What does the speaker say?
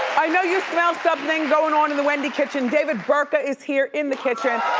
you know you smell something going on in the wendy kitchen. david burtka is here in the kitchen,